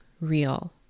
real